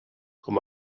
com